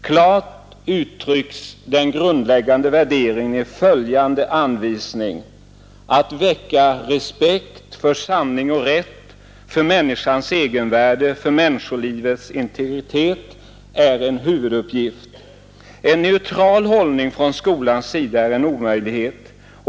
Klart uttrycks den grundläggande värderingen i följande anvisning: ”Att väcka respekt för sanning och rätt, för människans egenvärde, för människolivets integritet är en huvuduppgift.” En neutral hållning från skolans sida är en omöjlighet.